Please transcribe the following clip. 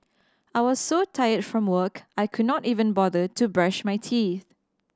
I was so tired from work I could not even bother to brush my teeth